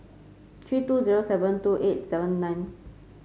three two zero seven two eight seven nine